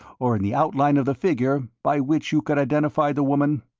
or in the outline of the figure, by which you could identify the woman?